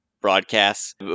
broadcasts